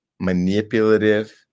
manipulative